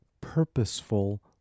purposeful